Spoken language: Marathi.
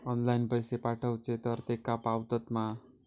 ऑनलाइन पैसे पाठवचे तर तेका पावतत मा?